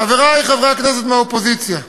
חברי חברי הכנסת מהאופוזיציה,